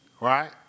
right